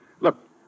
Look